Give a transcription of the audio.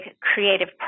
creative